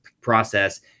process